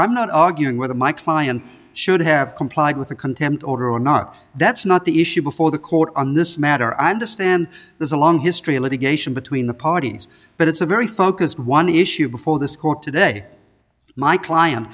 i'm not arguing with my client should have complied with a contempt order or not that's not the issue before the court on this matter i'm to stand there's a long history of litigation between the parties but it's a very focused one issue before this court today my client